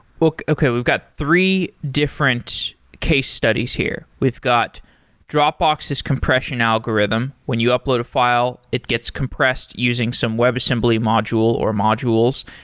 okay, we've got three different case studies here. we've got dropbox's compression algorithm. when you upload a file, it gets compressed using some webassembly module, or modules.